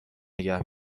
نگه